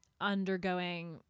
Undergoing